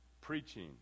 Preaching